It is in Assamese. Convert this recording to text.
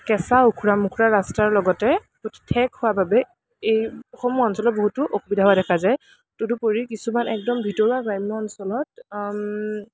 কেঁচা ওখোৰা মোখোৰা ৰাস্তাৰ লগতে ঠেক হোৱাৰ বাবে এইসমূহ অঞ্চলত বহুতো অসুবিধা হোৱা দেখা যায় তদুপৰি কিছুমান একদম ভিতৰুৱা গ্ৰাম্য় অঞ্চলত